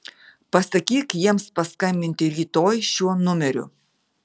pasakyk jiems paskambinti rytoj šiuo numeriu